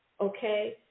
okay